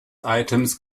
items